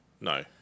No